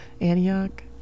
Antioch